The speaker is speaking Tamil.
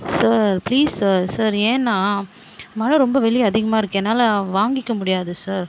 சார் ப்ளீஸ் சார் சார் ஏன்னா மழை ரொம்ப வெளியே அதிகமாக இருக்கு என்னால் வாங்கிக்க முடியாது சார்